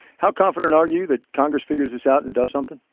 how confident are you that congress figures this out and does something?